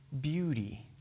beauty